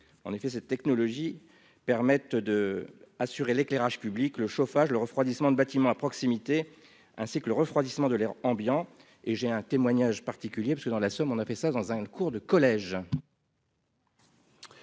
en effet cette technologie permettent de assurer l'éclairage public, le chauffage, le refroidissement de bâtiments à proximité, ainsi que le refroidissement de l'air ambiant et j'ai un témoignage particulier parce que, dans la Somme, on a fait ça dans un cours de collège.